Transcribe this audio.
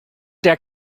der